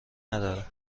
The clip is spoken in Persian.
نداره